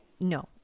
No